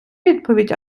відповідь